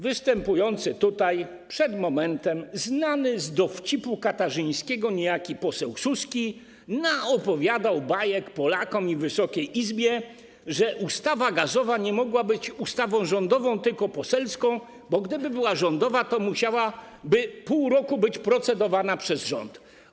Występujący tutaj przed momentem znany z dowcipu katarzyńskiego niejaki poseł Suski naopowiadał bajek Polakom i Wysokiej Izbie, że ustawa gazowa nie mogła być ustawą rządową, tylko poselską, bo gdyby była rządowa, to musiałaby pół roku być procedowana przez rząd.